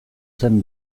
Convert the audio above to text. zen